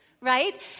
right